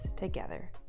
together